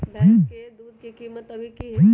भैंस के दूध के कीमत अभी की हई?